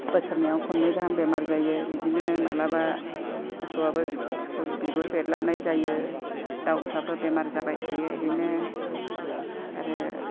बोसोरनैआव खननै गाहाम बेमार जायो बिदिनो माब्लाबा मोसौआबो बिगुर बेरलाबनाय जायो दाउफ्राबो बेमार जाबाय थायो बिदिनो आरो